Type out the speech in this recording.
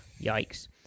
yikes